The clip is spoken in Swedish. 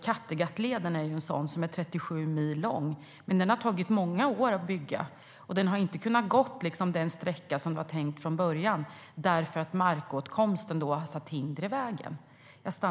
Kattegattleden, som är 37 mil lång, är en sådan. Men den har tagit många år att bygga och har inte den sträckning som var tänkt från början, eftersom markåtkomsten satte hinder i vägen.